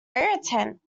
irritant